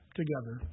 together